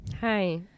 hi